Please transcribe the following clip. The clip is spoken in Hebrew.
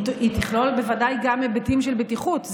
היא תכלול בוודאי גם היבטים של בטיחות.